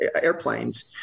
airplanes